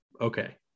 okay